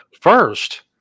First